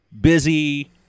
busy